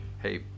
Hey